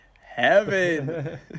heaven